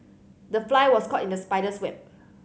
the fly was caught in the spider's web